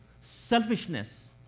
selfishness